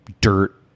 dirt